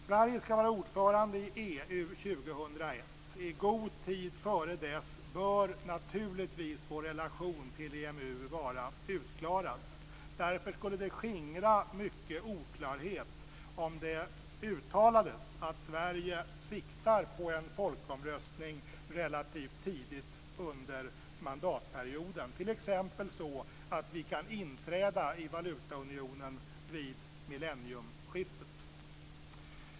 Sverige skall vara ordförande i EU år 2001. I god tid dessförinnan bör naturligtvis vår relation till EMU vara utklarad. Därför skulle det skingra mycken oklarhet om det uttalades att Sverige siktar på en folkomröstning relativt tidigt under mandatperioden, t.ex. så att vi kan inträda i valutaunionen vid millenniumskiftet.